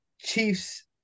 Chiefs